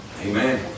Amen